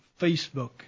Facebook